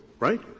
right?